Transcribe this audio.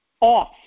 off